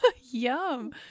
yum